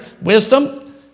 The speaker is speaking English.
Wisdom